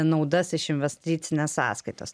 naudas iš investicinės sąskaitos